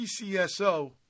PCSO